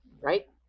Right